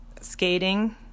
skating